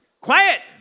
quiet